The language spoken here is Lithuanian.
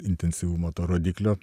intensyvumo to rodiklio